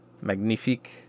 magnifique